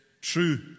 true